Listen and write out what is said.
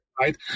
right